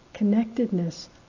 connectedness